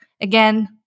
Again